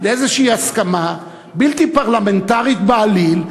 לאיזושהי הסכמה בלתי פרלמנטרית בעליל,